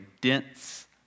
dense